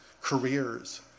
careers